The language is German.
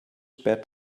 spät